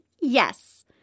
yes